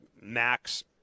Max